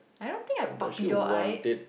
I don't think I have puppy doll eyes